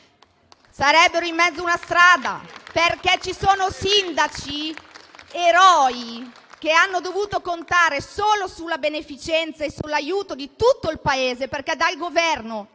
Gruppi L-SP-PSd'Az e M5S)*. Perché ci sono sindaci eroi che hanno dovuto contare solo sulla beneficenza e sull'aiuto di tutto il Paese, perché dal Governo